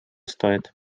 стоит